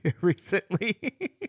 recently